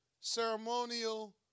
ceremonial